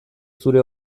zure